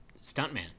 stuntman